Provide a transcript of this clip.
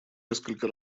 несколько